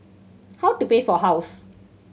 how to pay for house